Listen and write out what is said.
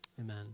Amen